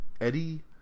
Eddie